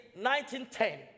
1910